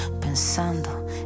pensando